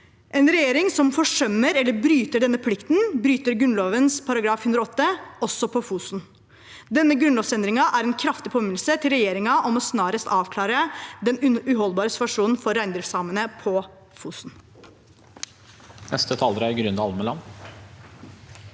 En regjering som forsømmer eller bryter denne plikten, bryter Grunnloven § 108 – også på Fosen. Denne grunnlovsendringen er en kraftig påminnelse til regjeringen om snarest å avklare den uholdbare situasjonen for reindriftssamene på Fosen.